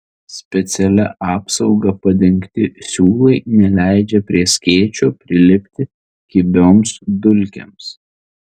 specialia apsauga padengti siūlai neleidžia prie skėčio prilipti kibioms dulkėms